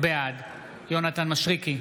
בעד יונתן מישרקי,